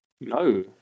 No